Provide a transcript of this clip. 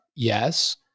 Yes